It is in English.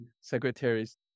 secretaries